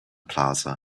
plaza